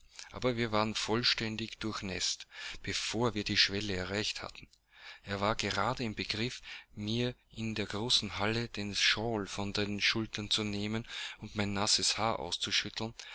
aber wir waren vollständig durchnäßt bevor wir die schwelle erreicht hatten er war gerade im begriff mir in der großen halle den shawl von den schultern zu nehmen und mein nasses haar auszuschütteln